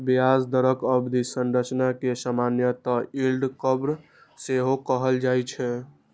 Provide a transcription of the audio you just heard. ब्याज दरक अवधि संरचना कें सामान्यतः यील्ड कर्व सेहो कहल जाए छै